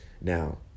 Now